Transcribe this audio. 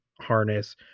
harness